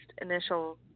initial